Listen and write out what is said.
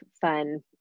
fun